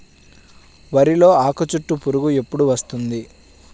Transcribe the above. వరిలో ఆకుచుట్టు పురుగు ఎప్పుడు వస్తుంది?